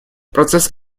процесс